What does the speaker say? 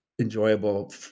enjoyable